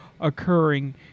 occurring